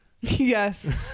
Yes